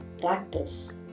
practice